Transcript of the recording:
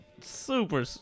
Super